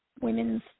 women's